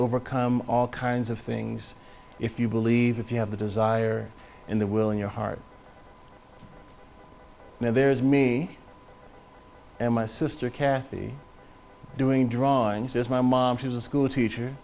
overcome all kinds of things if you believe if you have the desire and the willing your heart then there's me and my sister kathy doing drawings is my mom she was a school teacher